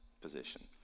position